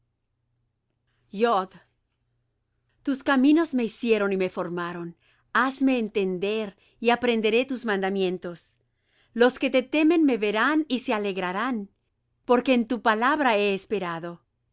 tus manos me hicieron y me formaron hazme entender y aprenderé tus mandamientos los que te temen me verán y se alegrarán porque en tu palabra he esperado